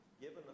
given